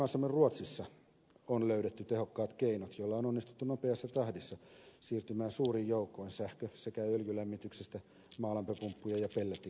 naapurimaassamme ruotsissa on löydetty tehokkaat keinot joilla on onnistuttu nopeassa tahdissa siirtymään suurin joukoin sähkö sekä öljylämmityksestä maalämpöpumppujen ja pellettikattiloiden käyttöön